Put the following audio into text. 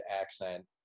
accent